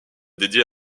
dédié